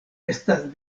estas